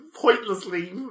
pointlessly